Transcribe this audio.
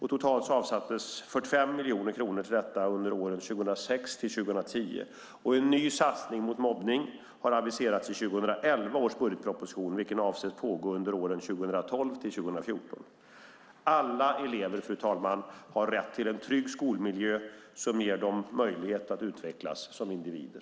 Totalt avsattes 45 miljoner kronor till detta under åren 2006-2010. En ny satsning mot mobbning har aviserats i 2011 års budgetproposition, vilken avses pågå under åren 2012-2014. Alla elever har rätt till en trygg skolmiljö som ger dem möjlighet att utvecklas som individer.